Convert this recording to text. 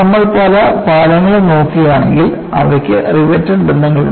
നമ്മൾ പല പാലങ്ങളും നോക്കുകയാണെങ്കിൽ അവയ്ക്ക് റിവറ്റഡ് ബന്ധങ്ങളുണ്ട്